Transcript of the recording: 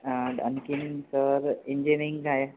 अं आणखीन sir engineering आहे